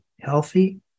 healthy